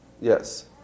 yes